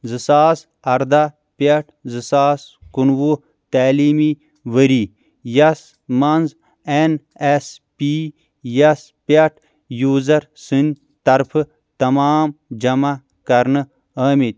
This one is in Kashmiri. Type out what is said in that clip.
زٕ ساس اَرداہ پٮ۪ٹھ زٕ ساس کُنوُہ تٔعلیٖمی ؤری یَس منٛز ایٚن ایٚس پی یَس پٮ۪ٹھ یوٗزَر سٕنٛدۍ طرفہٕ تَمام جَمع کَرنہٕ ٲمِتۍ